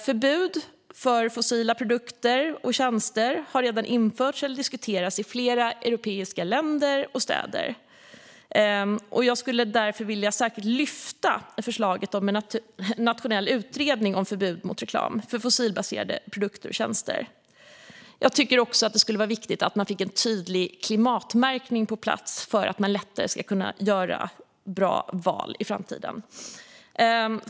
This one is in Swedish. Förbud när det gäller fossila produkter och tjänster har redan införts eller diskuterats i flera europeiska länder och städer. Jag skulle därför särskilt vilja lyfta fram förslaget om en nationell utredning om förbud mot reklam för fossilbaserade produkter och tjänster. Jag tycker också att är viktigt att få på plats en tydlig klimatmärkning för att man lättare ska kunna göra bra val i framtiden.